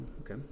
okay